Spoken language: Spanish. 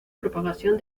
propagación